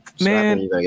man